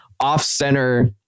off-center